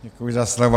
Děkuji za slovo.